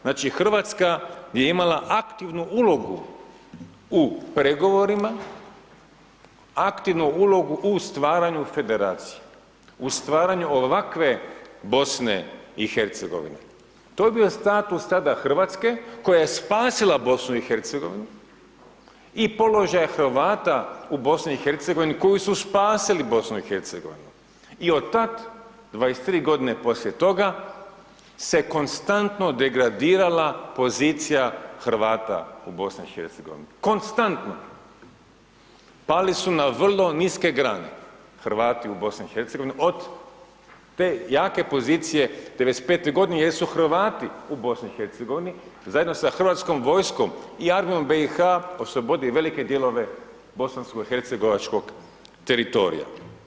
Znači RH je imala aktivnu ulogu u pregovorima, aktivnu ulogu u stvaranju Federacije, u stvaranju ovakve BiH, to je bio status tada RH koja je spasila BiH i položaj Hrvata u BiH koji su spasili BiH i od tada, 23 godine poslije toga, se konstantno degradirala pozicija Hrvata u BiH, konstantno, pali su na vrlo niske grane Hrvati u BiH, od te jake pozicije 95.-toj godini jesu Hrvati u BiH zajedno sa Hrvatskom vojskom i Armijom BiH oslobodili velike dijelove Bosansko Hercegovačkog teritorija.